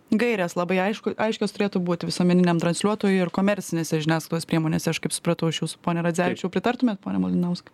gairės labai aišku aiškios turėtų būt visuomeniniam transliuotojui ir komercinėse žiniasklaidos priemonėse aš kaip supratau iš jūsų pone radzevičiau pritartumėt pone malinauskai